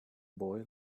boy